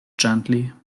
gently